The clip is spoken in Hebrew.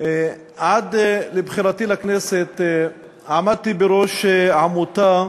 עד לבחירתי לכנסת עמדתי בראש עמותה